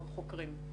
11 חוקרים.